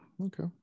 Okay